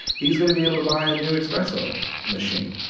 he's going to be able to buy a new espresso machine,